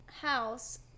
house